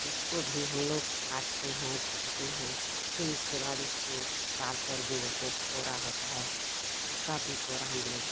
उसको भी हम लोग काटते हैं पिटते हैं फिर उसके बाद उसको पाल कर जो सो पोरा होता है उसका भी पोरा हम लोग